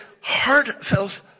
heartfelt